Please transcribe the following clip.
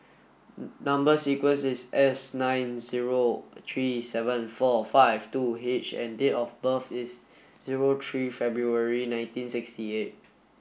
number sequence is S nine zero three seven four five two H and date of birth is zero three February nineteen sixty eight